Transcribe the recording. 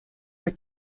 were